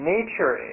Nature